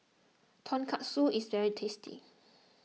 Tonkatsu is very tasty